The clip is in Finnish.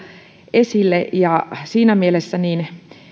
esille ja siinä mielessä